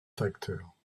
facteurs